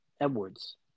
Edwards